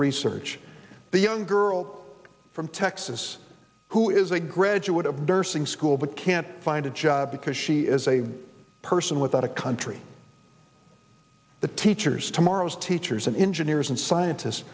research the young girl from texas who is a graduate of nursing school but can't find a job because she is a person without a country the teachers tomorrow's teachers and engineers and scientists